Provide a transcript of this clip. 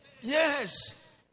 Yes